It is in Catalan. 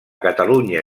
catalunya